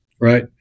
Right